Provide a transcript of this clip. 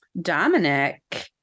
Dominic